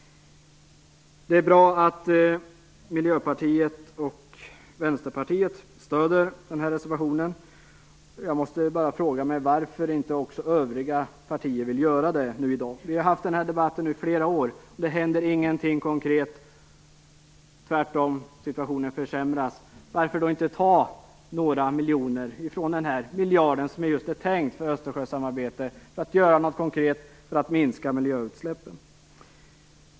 Det är bra att Miljöpartiet och Vänsterpartiet stöder den här reservationen. Jag måste fråga mig varför inte också övriga partier vill göra det här i dag. Vi har haft den här debatten i flera år, och det händer ingenting konkret - tvärtom försämras situationen. Varför då inte ta några miljoner från denna miljard, som är tänkt just för Östersjösamarbete, för att göra något konkret för att minska utsläppen?